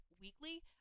weekly